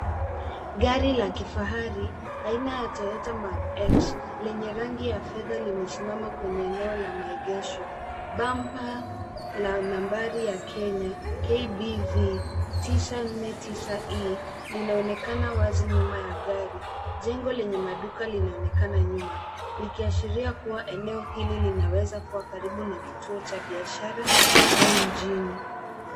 Gari la kifahari la Toyota Mark x lenye rangi ya fedha, limesimama kwenye eneo la maegesho. Bamba la nambari ya Kenya, KDV 949E, linaonekana wazi nyuma ya gari. Jengo lenye maduka linaonekana nyuma, likionyesha kuwa eneo hili linaweza kuwa karibu na vituo vya biashara